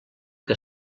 que